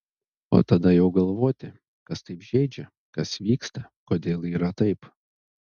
o tada jau galvoti kas taip žeidžia kas vyksta kodėl yra taip